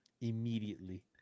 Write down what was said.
Immediately